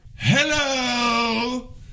Hello